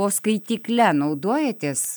o skaitykle naudojatės